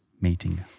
Meeting